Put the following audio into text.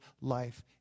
life